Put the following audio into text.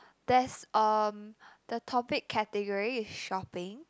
there's um the topic category is shopping